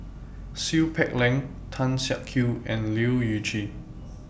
Seow Peck Leng Tan Siak Kew and Leu Yew Chye